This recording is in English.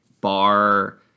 bar